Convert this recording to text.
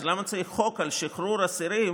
אז למה צריך חוק על שחרור אסירים,